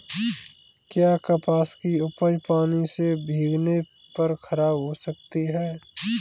क्या कपास की उपज पानी से भीगने पर खराब हो सकती है?